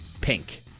pink